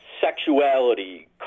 sexuality